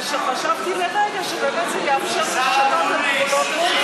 שחשבתי לרגע שבאמת יאפשר לשנות את גבולות,